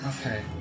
Okay